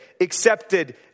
accepted